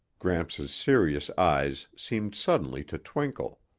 gramps' serious eyes seemed suddenly to twinkle,